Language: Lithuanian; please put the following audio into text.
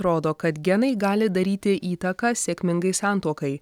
rodo kad genai gali daryti įtaką sėkmingai santuokai